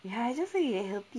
ya I just want to get healthy